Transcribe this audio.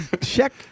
Check